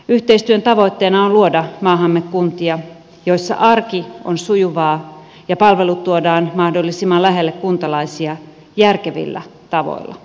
yhteistyön tavoitteena on luoda maahamme kuntia joissa arki on sujuvaa ja palvelut tuodaan mahdollisimman lähelle kuntalaisia järkevillä tavoilla